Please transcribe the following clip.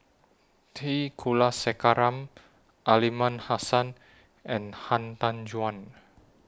T Kulasekaram Aliman Hassan and Han Tan Juan